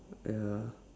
ya